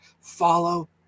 Follow